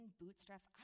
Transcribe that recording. bootstraps